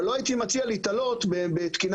אבל לא הייתי מציע להיתלות בתקינה